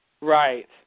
Right